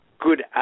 good